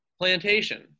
plantation